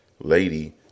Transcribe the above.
lady